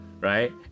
Right